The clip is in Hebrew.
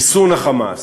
ריסון ה"חמאס",